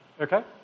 Okay